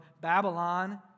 Babylon